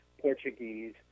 Portuguese